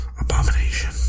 Abomination